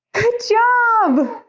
good job